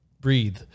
breathe